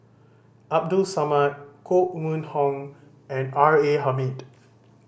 Abdul Samad Koh Mun Hong and R A Hamid